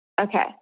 Okay